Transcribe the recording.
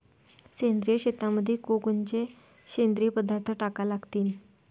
सेंद्रिय शेतीमंदी कोनकोनचे सेंद्रिय पदार्थ टाका लागतीन?